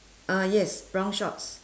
uh yes brown shorts